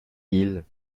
ils